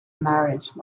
marriage